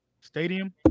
Stadium